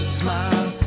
smile